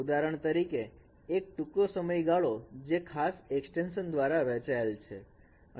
ઉદાહરણ તરીકે એક ટૂંકો સમય ગાળો જે ખાસ એક્સટેન્શન દ્વારા રચાયેલ છે